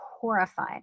horrified